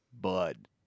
Bud